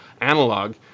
analog